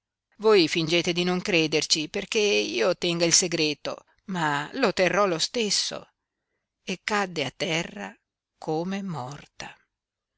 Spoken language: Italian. voi fingete di non crederci perché io tenga il segreto ma lo terrò lo stesso e cadde a terra come morta